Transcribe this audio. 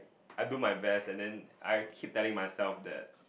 I do my best and then I keep telling myself that